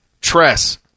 Tress